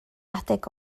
adeg